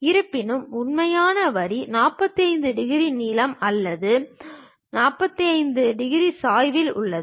இருப்பினும் உண்மையான வரி 45 டிகிரி நீளம் அல்லது 45 டிகிரி சாய்வில் உள்ளது